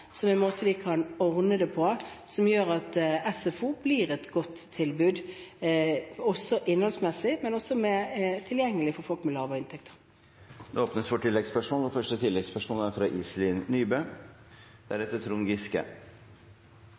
en måte vi kan ordne det på som gjør at SFO blir et godt tilbud innholdsmessig, men også tilgjengelig for folk med lavere inntekt. Det blir oppfølgingsspørsmål – først Iselin Nybø. SFO-tilbudet – eller AKS-tilbudet – er for mange foreldre og